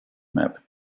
map